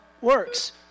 works